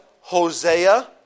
Hosea